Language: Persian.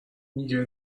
میگه